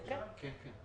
כן.